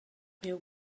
miu